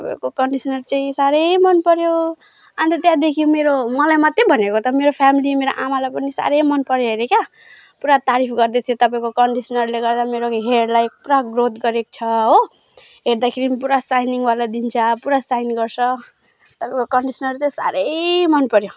तपाईँको कन्डिसनर चाहिँ साह्रै मन पऱ्यो अन्त त्याँदेखि मेरो मलाई मात्रै भनेको त मेरो फेमिली मेरो आमालाई पनि साह्रै मन पऱ्यो अरे क्या पुरा तारिफ गर्दैथ्यो तपाईँको कन्डिसनरले गर्दा मेरो हेयरलाई पुरा ग्रोथ गरेको छ हो हेर्दाखेरि पनि पुरा साइनिङवाला दिन्छ पुरा साइन गर्छ तपाईँको कन्डिसनर चाहिँ साह्रै मन पऱ्यो